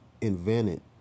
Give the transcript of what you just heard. invented